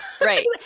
right